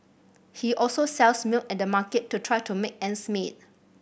he also sells milk at the market to try to make ends meet